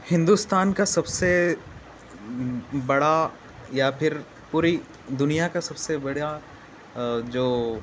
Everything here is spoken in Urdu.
ہندوستان کا سب سے بڑا یا پھر پوری دنیا کا سب سے بڑا جو